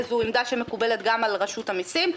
זו עמדה שמקובלת גם על רשות המסים,